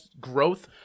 growth